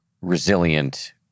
resilient